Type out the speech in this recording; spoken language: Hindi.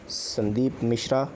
संदीप मिश्रा